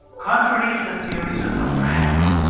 contrary to the theories of her friends,